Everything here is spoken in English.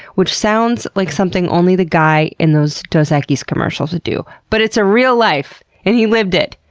which sounds like something only the guy in those dos equis commercials would do, but it's a real life and he lived it.